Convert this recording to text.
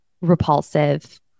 repulsive